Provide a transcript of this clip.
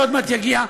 שעוד מעט יגיע,